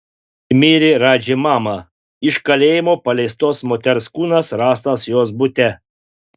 mirė radži mama iš kalėjimo paleistos moters kūnas rastas jos bute